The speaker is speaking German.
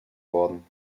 worden